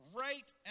right